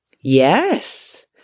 Yes